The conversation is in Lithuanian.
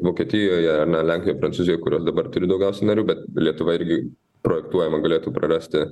vokietijoj ar ne lenkijoj prancūzijoj kurios dabar turi daugiausiai narių bet lietuva irgi projektuojama galėtų prarasti